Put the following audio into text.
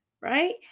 right